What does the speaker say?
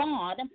God